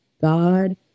God